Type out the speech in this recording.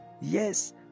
Yes